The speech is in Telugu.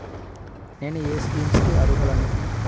నేను ఏ స్కీమ్స్ కి అరుహులను?